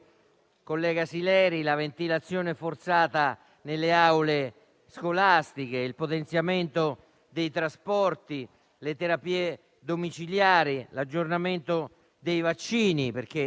collega Sileri, sono la ventilazione forzata nelle aule scolastiche, il potenziamento dei trasporti, le terapie domiciliari, l'aggiornamento dei vaccini (perché